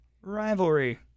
rivalry